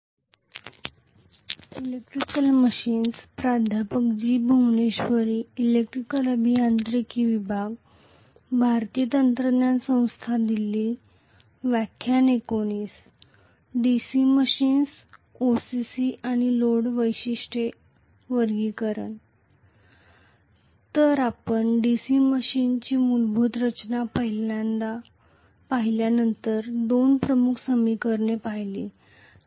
तर आपण DC मशीनची मूलभूत रचना पाहिल्यानंतर दोन प्रमुख समीकरणे पाहिली